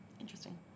Interesting